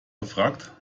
gefragt